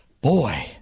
Boy